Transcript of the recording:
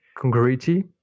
Congruity